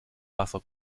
wasser